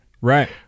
Right